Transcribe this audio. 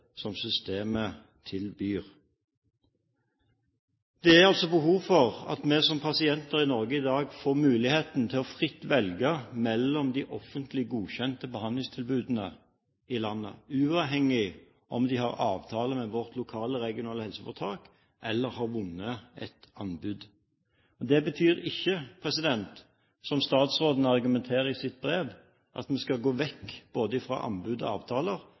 som systemet gir. Det er altså behov for at vi som pasienter i Norge i dag, får muligheten til fritt å velge mellom de offentlig godkjente behandlingstilbudene i landet, uavhengig av om de har avtale med vårt lokale regionale helseforetak eller har vunnet et anbud. Det betyr ikke, som statsråden argumenterer med i sitt brev, at vi skal gå vekk fra både anbud og avtaler.